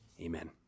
Amen